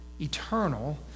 eternal